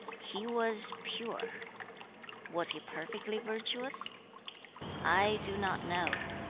he was pure was he perfectly virtuous i do not know.